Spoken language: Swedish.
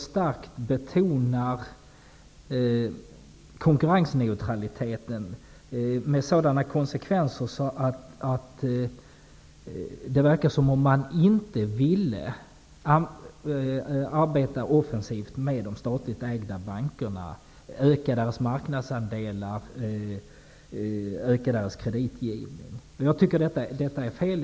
Man betonar konkurrensneutraliteten så starkt att det verkar som om man inte ville arbeta offensivt med de statligt ägda bankerna, öka deras marknadsandelar och öka deras kreditgivning. Jag tycker att det är fel.